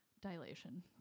Dilation